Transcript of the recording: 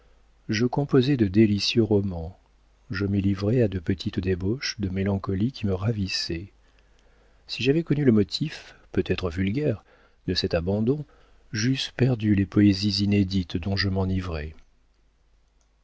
je composais de délicieux romans je m'y livrais à de petites débauches de mélancolie qui me ravissaient si j'avais connu le motif peut-être vulgaire de cet abandon j'eusse perdu les poésies inédites dont je m'enivrais